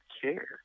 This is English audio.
care